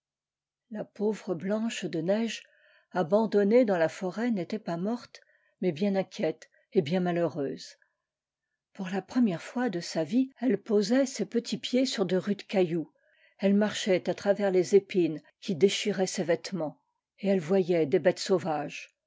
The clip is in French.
la pauvre blanche de neige abandonnée dans la forêt n'était pas morte mais bien inquiète et bien malheureuse pour la première fois de sa vie elio k l'arbre de noël posait ses petits pieds sur de rudes cailloux elle narchait à travers les épines qui déchiraient ses k'ètements et elle voyait des bêtes sauvages